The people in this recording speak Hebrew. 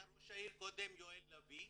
היה ראש עיר קודם, יואל לביא,